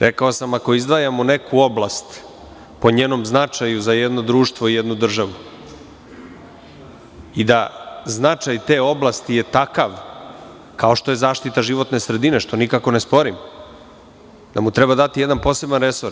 Rekao sam, ako izdvajamo neku oblast, po njenom značaju za jedno društvo i jednu državu i da značaj te oblasti je takav, kao što je zaštita životne sredine, što nikako ne sporim, da mu treba dati jedan poseban resor.